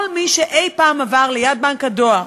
כל מי שאי-פעם עבר ליד בנק הדואר